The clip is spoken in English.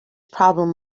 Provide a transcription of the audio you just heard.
problem